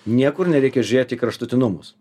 niekur nereikia žiūrėt į kraštutinumas